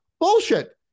Bullshit